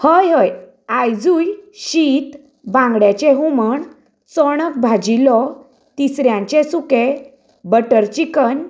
हय हय आयजूय शीत बांगड्याचे हुमण चोणक भाजिल्लो तिसऱ्याचें सुकें बटर चिकन